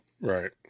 Right